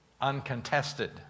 uncontested